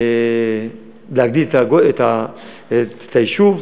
להגדיל את היישוב,